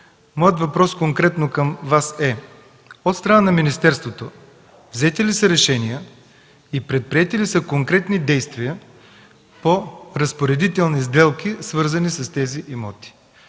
моят въпрос конкретно към Вас е от страна на министерството взети ли са решения и предприети ли са конкретни действия по разпоредителни сделки, свързани с тези имоти?